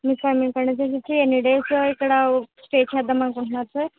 మీ friend ఎన్ని days ఇక్కడ stay చేద్దాం అనుకుంటున్నారు సార్